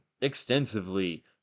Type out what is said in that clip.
extensively